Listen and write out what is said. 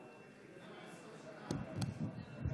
בבקשה.